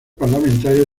parlamentaria